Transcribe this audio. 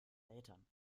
eltern